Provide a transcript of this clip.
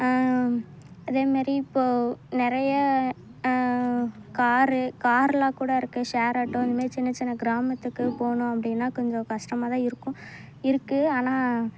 அதேமாரி இப்போது நிறைய காரு காரெலாம் கூட இருக்குது ஷேர் ஆட்டோ இந்தமாரி சின்ன சின்ன கிராமத்துக்கு போகணும் அப்படீன்னா கொஞ்சம் கஷ்டமாக தான் இருக்கும் இருக்குது ஆனால்